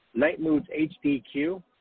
NightmoodsHDQ